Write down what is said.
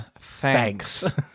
Thanks